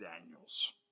Daniels